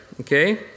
okay